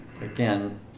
again